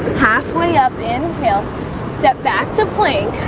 half way up inhale step back to plank